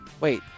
Wait